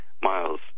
miles